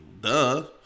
duh